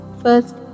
First